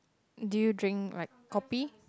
do you drink like kopi